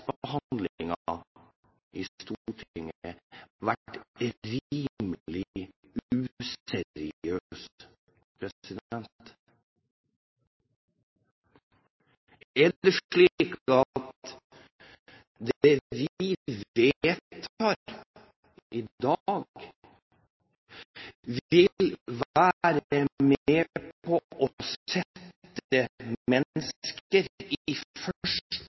saksbehandlingen i Stortinget vært rimelig useriøs. Er det slik at det vi vedtar i dag, vil være med på å sette livet til mennesker i